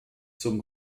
zum